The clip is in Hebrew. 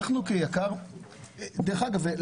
דרך אגב,